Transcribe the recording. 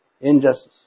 injustice